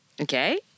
Okay